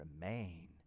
remain